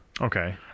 Okay